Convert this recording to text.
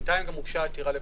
בינתיים הוגשה עתירה לבג"ץ.